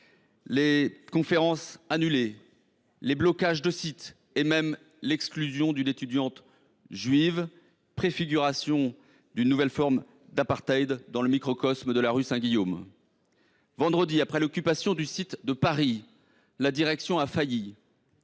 les conférences annulées et les blocages de site. On a même assisté à l’exclusion d’une étudiante juive, préfiguration d’une nouvelle forme d’apartheid dans le microcosme de la rue Saint Guillaume. Vendredi dernier, après l’occupation du site de Paris, la direction a failli.